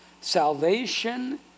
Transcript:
salvation